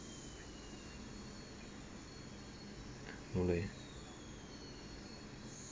no leh